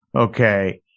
Okay